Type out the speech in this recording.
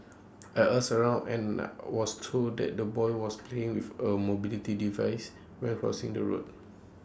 I asked around and was to that the boy was playing with A mobility device when crossing the road